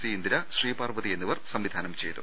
C Indira Sreeparvathi എന്നിവർ സംവിധാനം ചെയ്തു